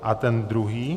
A ten druhý?